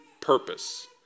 purpose